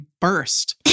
burst